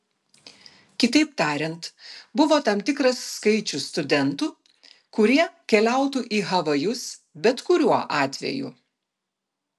kitaip tariant buvo tam tikras skaičius studentų kurie keliautų į havajus bet kuriuo atveju